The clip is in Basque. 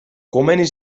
komeni